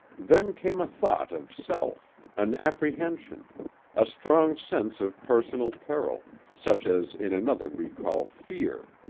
then came a thought of self an apprehension a strong sense of personal peril, such as in another we call fear.